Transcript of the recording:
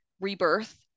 rebirth